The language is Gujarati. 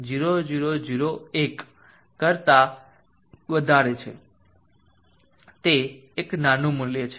0001 કરતા વધારે છે તે એક નાનું મૂલ્ય છે